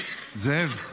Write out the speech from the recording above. זאב,